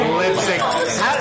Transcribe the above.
lipstick